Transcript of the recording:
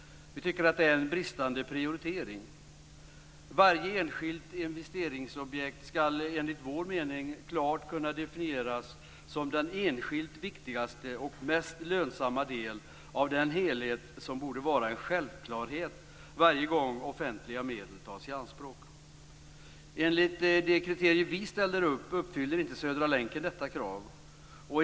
Det är en bristande prioritering. Varje enskilt investeringsobjekt skall enligt vår mening klart kunna definieras som den enskilt viktigaste och mest lönsamma delen av den helhet som borde vara en självklarhet varje gång offentliga medel tas i anspråk. Enligt de kriterier vi ställer upp uppfyller inte Södra länken detta krav.